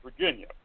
Virginia